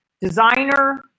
designer